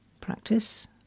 practice